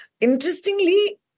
interestingly